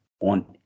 on